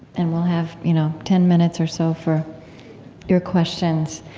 and we'll have you know ten minutes or so for your questions.